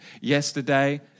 yesterday